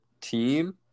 team